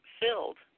filled